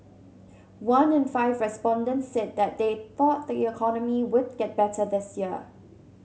one in five respondents said that they thought the economy would get better this year